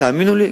תאמינו לי,